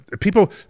people